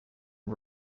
and